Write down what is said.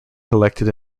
collected